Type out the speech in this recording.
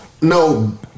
no